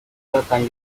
producer